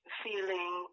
feeling